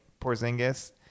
Porzingis